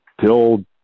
till